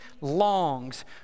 longs